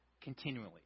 continually